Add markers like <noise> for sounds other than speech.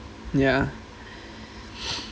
ya <breath>